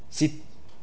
ci~